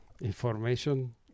Information